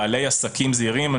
בעלי עסקים זעירים.